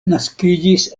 naskiĝis